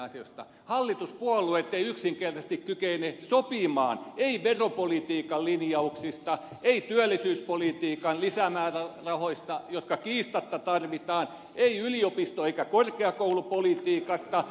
hallituspuolueet eivät yksinkertaisesti kykene sopimaan ei veropolitiikan linjauksista ei työllisyyspolitiikan lisämäärärahoista jotka kiistatta tarvitaan ei yliopisto eikä korkeakoulupolitiikasta